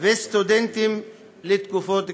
וסטודנטים לתקופות קצרות.